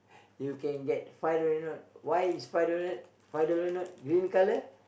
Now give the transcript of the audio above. you can get five dollar note why is five dollar note five dollar note green colour